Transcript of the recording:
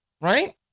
Right